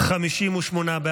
25, כהצעת הוועדה, נתקבל.